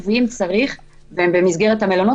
אז אנחנו צריכים לשחרר את האנשים הביתה.